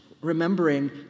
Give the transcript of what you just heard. remembering